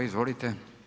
Izvolite.